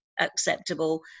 acceptable